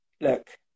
look